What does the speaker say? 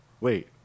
Wait